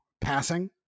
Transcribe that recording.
passing